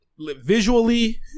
visually